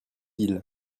ils